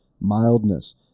mildness